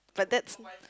but that's